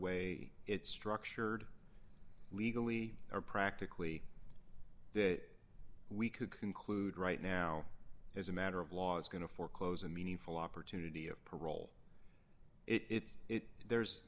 way it's structured legally or practically that we could conclude right now as a matter of law is going to foreclose a meaningful opportunity of parole it's it there's